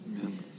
Amen